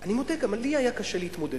אני מודה, גם לי היה קשה להתמודד.